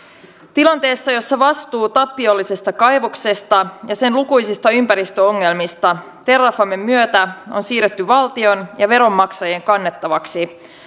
tilanteessa jossa vastuu tappiollisesta kaivoksesta ja sen lukuisista ympäristöongelmista terrafamen myötä on siirretty valtion ja veronmaksajien kannettavaksi